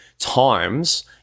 times